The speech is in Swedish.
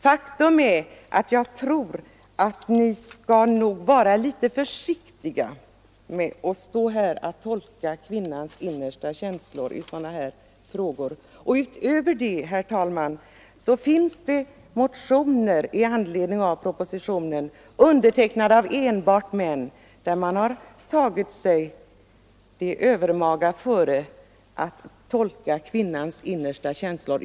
Faktum är att jag tror att ni nog bör vara litet försiktiga med att stå här och ”tolka” kvinnans innersta känslor i sådana här frågor! Utöver det, herr talman, finns det motioner i anledning av propositionen, undertecknade av enbart män, där man helt övermaga har tagit sig före att tolka kvinnans innersta känslor.